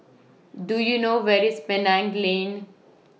Do YOU know Where IS Penang Lane